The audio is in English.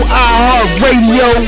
iHeartRadio